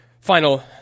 final